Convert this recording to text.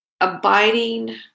abiding